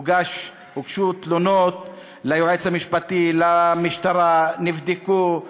הוגשו תלונות ליועץ המשפטי, למשטרה, נבדקו,